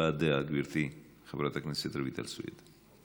הבעת דעה, גברתי חברת הכנסת רויטל סויד.